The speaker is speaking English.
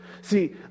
See